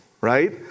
right